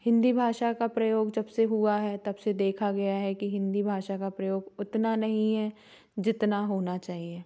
हिन्दी भाषा का प्रयोग जब से हुआ है तब से देखा गया है कि हिन्दी भाषा का प्रयोग उतना नहीं है जितना होना चाहिए